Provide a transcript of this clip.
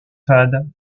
fades